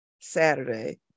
Saturday